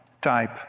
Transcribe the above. type